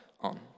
on